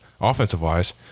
offensive-wise